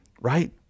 right